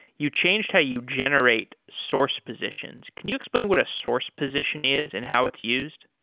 you changed how you generate source positions. can you explain what a source position is and how it's used?